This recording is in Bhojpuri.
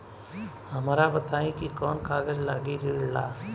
हमरा बताई कि कौन कागज लागी ऋण ला?